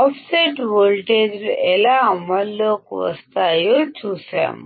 offset voltage లు ఎలా అమలులోకి వస్తాయో చూశాము